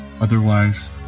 Otherwise